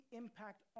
impact